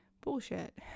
bullshit